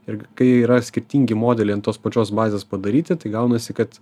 ir kai yra skirtingi modeliai ant tos pačios bazės padaryti tai gaunasi kad